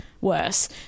worse